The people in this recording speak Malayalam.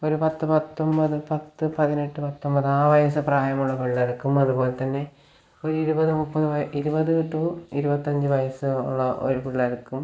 ഒരു പത്ത് പത്തൊൻപത് പത്ത് പതിനെട്ട് പത്തൊൻപത് ആ വയസ്സു പ്രായമുള്ള പിള്ളേർക്കും അതുപോലെതന്നെ ഒരിരുപത് മുപ്പത് വയ ഇരുപത് റ്റു ഇരുപത്തഞ്ച് വയസ്സ് ഉള്ള ഒരു പിള്ളേർക്കും